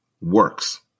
works